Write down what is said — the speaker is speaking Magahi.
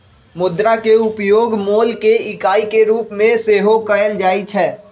मुद्रा के उपयोग मोल के इकाई के रूप में सेहो कएल जाइ छै